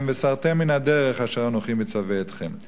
וסרתם מן הדרך אשר אנוכי מצווה אתכם.